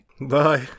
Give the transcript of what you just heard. Bye